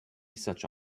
such